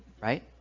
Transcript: Right